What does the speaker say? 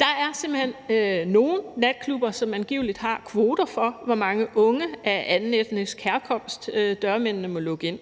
Der er simpelt hen nogle natklubber, som angiveligt har kvoter for, hvor mange unge af anden etnisk herkomst dørmændene må lukke ind.